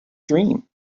dream